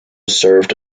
served